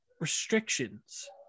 restrictions